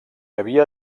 havia